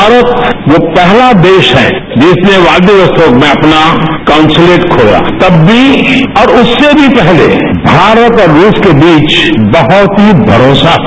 भारत वो पहला देश है जिसने व्लादिवोस्तोक में अपना काउंसलेट खोला तब भी और उससे भी पहले भारत और रूस के बीच बहत ही भरोसा था